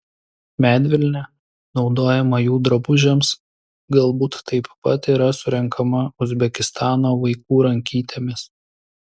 medvilnė naudojama jų drabužiams galbūt taip pat yra surenkama uzbekistano vaikų rankytėmis